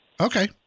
Okay